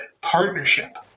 partnership